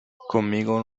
conmigo